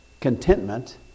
contentment